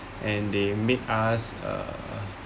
and they made us uh